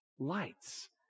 lights